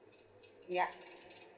yeah